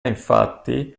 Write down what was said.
infatti